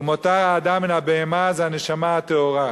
ומותר האדם מן הבהמה זה הנשמה הטהורה.